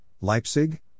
Leipzig